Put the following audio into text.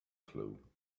flu